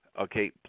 okay